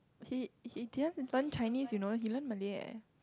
he he didn't learn Chinese you know he learn Malay eh